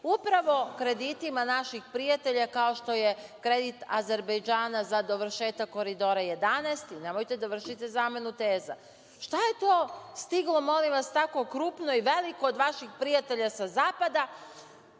upravo kreditima naših prijatelja, kao što je kredit Azerbejdžana za dovršetak Koridora 11. Nemojte da vršite zamenu teza. Šta je to stiglo, molim vas, tako krupno i veliko od vaših prijatelja sa zapada,